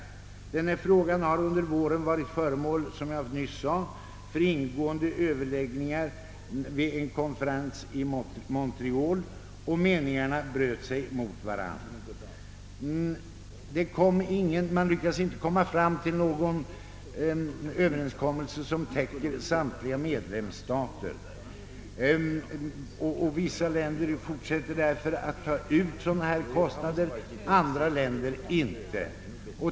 Frågan har som jag nyss sade under våren varit föremål för ingående överläggningar vid en konferens i Montreal, och meningarna bröt sig mot varandra. Man lyckades inte uppnå nå gon överenskommelse som gällde samtliga medlemsstater. Vissa länder fortsätter därför att ta ut sådana kostnader, andra länder inte.